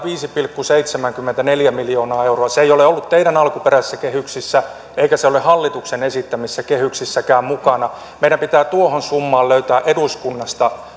viisi pilkku seitsemänkymmentäneljä miljoonaa euroa ei ole ollut teidän alkuperäisissä kehyksissänne eikä se ole hallituksen esittämissä kehyksissäkään mukana meidän pitää tuohon summaan löytää eduskunnasta